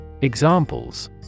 Examples